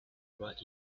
brought